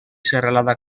serralada